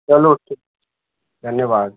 चलू ठीक छै धन्यवाद